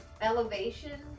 elevation